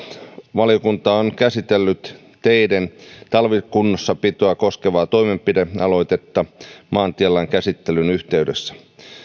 valiokunta on käsitellyt teiden talvikunnossapitoa koskevaa toimenpidealoitetta maantielain käsittelyn yhteydessä